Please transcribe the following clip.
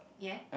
yeah